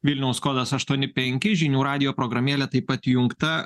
vilniaus kodas aštuoni penki žinių radijo programėlė taip pat įjungta